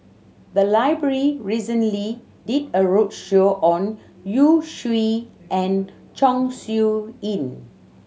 the library recently did a roadshow on Yu Zhuye and Chong Siew Ying